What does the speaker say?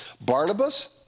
Barnabas